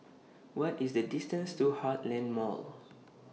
What IS The distance to Heartland Mall